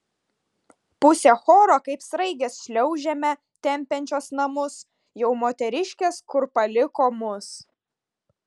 pusė choro kaip sraigės šliaužiame tempiančios namus jau moteriškės kur paliko mus